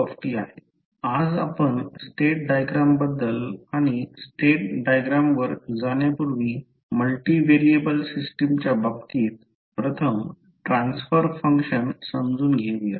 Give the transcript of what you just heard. ytCxtDu आज आपण state diagram बद्दल आणि स्टेट डायग्राम वर जाण्यापूर्वी मल्टि व्हेरिएबल सिस्टमच्या बाबतीत प्रथम ट्रान्सफर फंक्शन समजून घेऊया